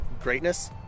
greatness